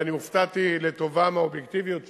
והופתעתי לטובה מהאובייקטיביות שלהם.